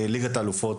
ליגת האלופות